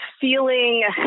feeling